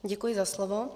Děkuji za slovo.